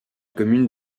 commune